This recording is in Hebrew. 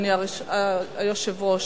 אדוני היושב-ראש,